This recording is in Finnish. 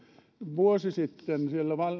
vuosi sitten siellä